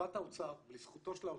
לטובת האוצר ולזכותו של האוצר,